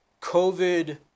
COVID